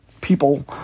people